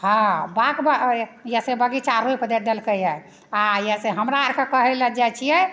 हँ बाँट बऽ यए से बगीचा रोपि देलकैया आ एसे हमरा आरके कहैलए जाइ छियै